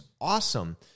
awesome